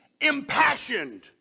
impassioned